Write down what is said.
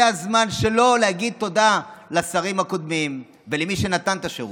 זה הזמן שלו להגיד תודה לשרים הקודמים ולמי שנתן את השירות.